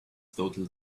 total